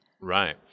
Right